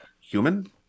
human